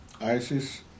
ISIS